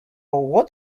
what